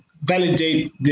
Validate